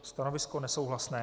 Stanovisko nesouhlasné.